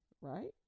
Right